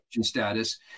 status